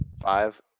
five